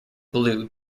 blue